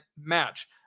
match